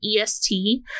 EST